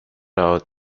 out